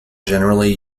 generally